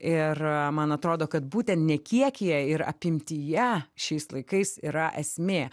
ir man atrodo kad būtent ne kiekyje ir apimtyje šiais laikais yra esmė